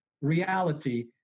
reality